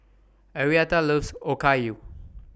Arietta loves Okayu